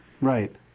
Right